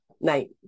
night